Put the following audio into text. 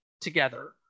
together